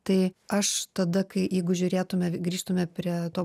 tai aš tada kai jeigu žiūrėtume grįžtume prie to